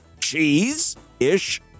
cheese-ish